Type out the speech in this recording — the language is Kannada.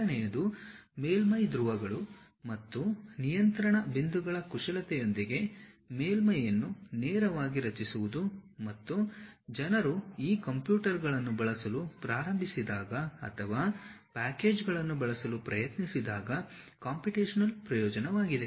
ಎರಡನೆಯದು ಮೇಲ್ಮೈ ಧ್ರುವಗಳು ಮತ್ತು ನಿಯಂತ್ರಣ ಬಿಂದುಗಳ ಕುಶಲತೆಯೊಂದಿಗೆ ಮೇಲ್ಮೈಯನ್ನು ನೇರವಾಗಿ ರಚಿಸುವುದು ಮತ್ತು ಜನರು ಈ ಕಂಪ್ಯೂಟರ್ಗಳನ್ನು ಬಳಸಲು ಪ್ರಾರಂಭಿಸಿದಾಗ ಅಥವಾ ಪ್ಯಾಕೇಜ್ಗಳನ್ನು ಬಳಸಲು ಪ್ರಯತ್ನಿಸಿದಾಗ ಕಂಪ್ಯೂಟೇಶನಲ್ ಪ್ರಯೋಜನವಾಗಿದೆ